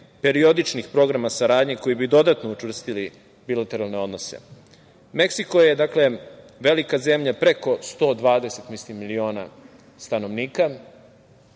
periodičnih programa saradnje koji bi dodatno učvrstili bilateralne odnose. Meksiko je, dakle, velika zemlja, mislim preko 120 miliona stanovnika,